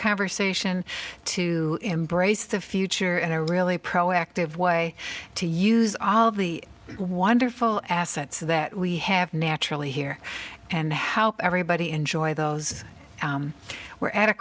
conversation to embrace the future in a really proactive way to use all the wonderful assets that we have naturally here and how everybody enjoy those we're at a